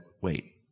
wait